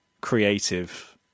creative